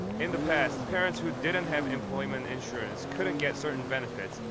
in the past, parents who didn't have employment insurance couldn't get certain benefits,